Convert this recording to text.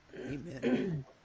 Amen